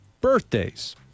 birthdays